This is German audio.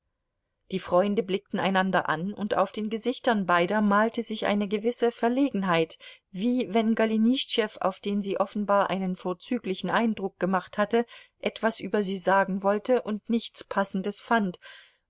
die freunde blickten einander an und auf den gesichtern beider malte sich eine gewisse verlegenheit wie wenn golenischtschew auf den sie offenbar einen vorzüglichen eindruck gemacht hatte etwas über sie sagen wollte und nichts passendes fand